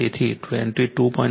તેથી 22